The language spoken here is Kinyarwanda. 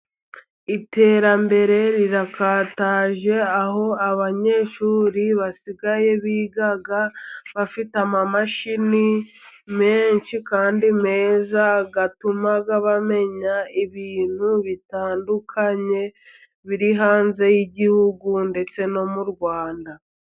Iterambere rirakataje aho abanyeshuri basigaye biga bafite amamashini menshi kandi meza, atuma bamenya ibintu bitandukanye biri hanze y'igihugu ndetse no mu Rwanda.